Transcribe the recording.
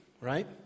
right